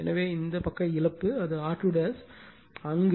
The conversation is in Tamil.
எனவே இந்த பக்க இழப்பு அது R2 அங்கு I2 R2